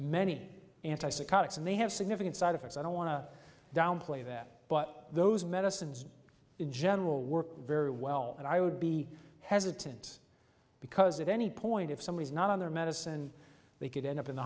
many anti psychotics and they have significant side effects i don't want to downplay that but those medicines in general work very well and i would be hesitant because of any point if somebody is not on their medicine they could end up in the